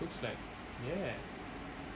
looks like ya